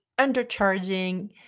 undercharging